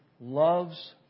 loves